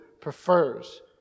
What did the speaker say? prefers